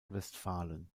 westfalen